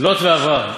לוט ואברהם.